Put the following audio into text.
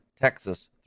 Texas